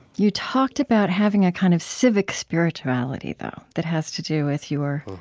you talked about having a kind of civic spirituality, though, that has to do with your